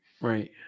Right